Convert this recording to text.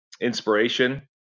inspiration